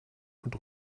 und